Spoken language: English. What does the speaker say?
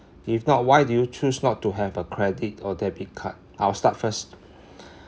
if not why do you choose not to have a credit or debit card I will start first